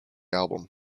album